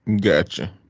Gotcha